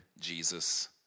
Jesus